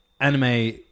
anime